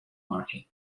market